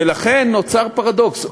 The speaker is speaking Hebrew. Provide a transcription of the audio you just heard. ולכן נוצר פרדוקס,